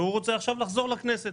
והוא רוצה עכשיו לחזור לכנסת.